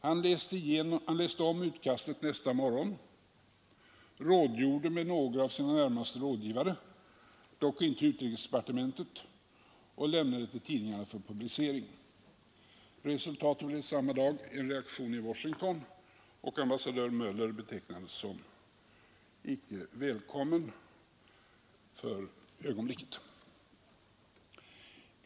Han läste om utkastet nästa morgon, rådgjorde med några av sina närmaste rådgivare — dock inte med utrikesdepartementet — och lämnade utkastet till tidningarna för publicering. Resultatet blev samma dag en reaktion i Washington, och ambassadör Möller betecknades som icke välkommen dit för ögonblicket.